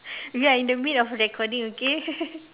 we are in the mid of recording okay